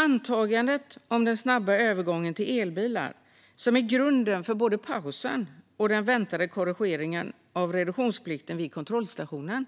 Antagandet om den snabba övergången till elbilar, som är grunden för både pausen och den väntade korrigeringen av reduktionsplikten vid kontrollstationen,